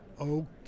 okay